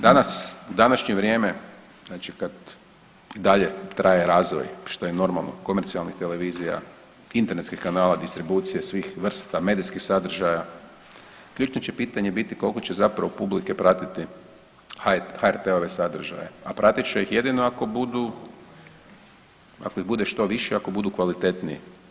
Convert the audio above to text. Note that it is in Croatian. Danas, u današnje vrijeme, znači kad i dalje traje razvoj što je normalno, komercijalnih televizija, internetskih kanala distribucije svih vrsta medijskih sadržaja, ključno će pitanje biti koliko će zapravo publike pratiti HRT-ove sadržaje, a pratit će ih jedino ako budu, ako ih bude što više i ako budu kvalitetniji.